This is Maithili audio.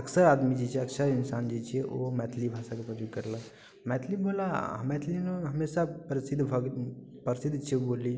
अक्सर आदमी जे छै अक्सर इन्सान जे छै ओ मैथिली भाषाके प्रयोग करलक मैथिलीवला मैथिली हमेशा प्रसिद्ध छै बोली